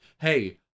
Hey